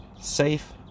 safe